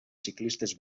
ciclistes